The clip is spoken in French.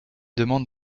demande